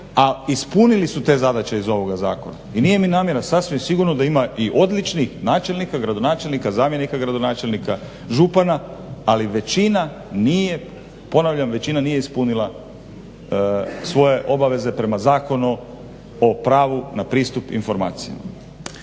a ispunili su te zadaće iz ovog zakona i nije mi namjera, sasvim sigurno da ima i odličnih načelnika, gradonačelnika, zamjenika gradonačelnika, župana ali većina nije, ponavljam većina nije ispunila svoje obaveze prema Zakone o pravu na pristup informacijama.